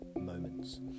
moments